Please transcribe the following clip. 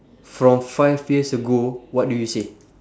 from five years ago what do you say